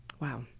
Wow